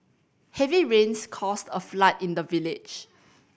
heavy rains caused a flood in the village